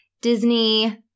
Disney